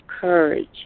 courage